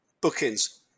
bookings